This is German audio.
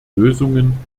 lösungen